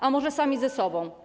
A może sami ze sobą?